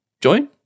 join